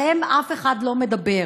עליהם אף אחד לא מדבר.